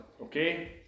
okay